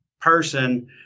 person